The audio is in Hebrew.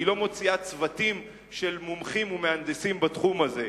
והיא לא מוציאה צוותים של מומחים ומהנדסים בתחום הזה.